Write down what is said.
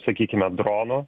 sakykime dronų